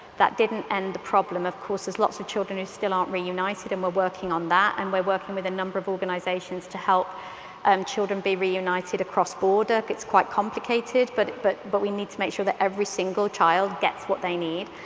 that didn't end problem. of course, there's lots of children who still aren't reunited, and we're working on that. and we're working with a number of organizations to help um children be reunited across border. it's quite complicated, but but but we need to make sure that every single child gets what they need.